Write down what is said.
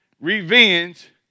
revenge